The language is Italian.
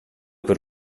per